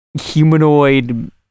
humanoid